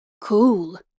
Cool